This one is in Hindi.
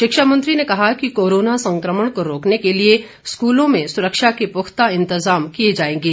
शिक्षा मंत्री ने कहा कि कोरोना के संक्रमण को रोकने के लिए स्कूलों में सुरक्षा के पुख्ता इंतजाम किए जाएंगे